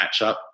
matchup